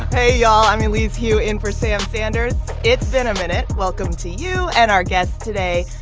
hey, y'all. i'm elise hu in for sam sanders it's been a minute. welcome to you and our guests today,